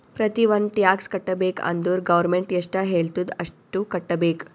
ಪ್ರತಿ ಒಂದ್ ಟ್ಯಾಕ್ಸ್ ಕಟ್ಟಬೇಕ್ ಅಂದುರ್ ಗೌರ್ಮೆಂಟ್ ಎಷ್ಟ ಹೆಳ್ತುದ್ ಅಷ್ಟು ಕಟ್ಟಬೇಕ್